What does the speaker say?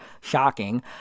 shocking